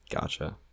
Gotcha